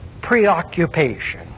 preoccupation